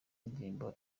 indirimbo